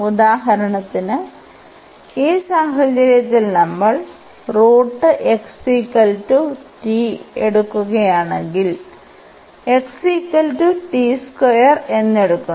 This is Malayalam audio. ഉദാഹരണത്തിന് ഈ സാഹചര്യത്തിൽ നമ്മൾ എടുക്കുകയാണെങ്കിൽ എന്നെടുക്കുന്നു